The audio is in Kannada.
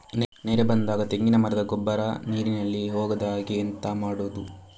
ನೆರೆ ಬಂದಾಗ ತೆಂಗಿನ ಮರದ ಗೊಬ್ಬರ ನೀರಿನಲ್ಲಿ ಹೋಗದ ಹಾಗೆ ಎಂತ ಮಾಡೋದು?